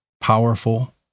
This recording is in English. powerful